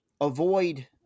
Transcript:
avoid